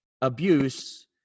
abuse